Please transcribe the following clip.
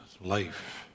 life